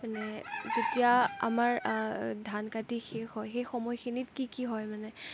মানে যেতিয়া আমাৰ ধান কাটি শেষ হয় সেই সময়খিনিত কি হয় মানে